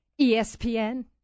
ESPN